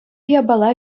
япала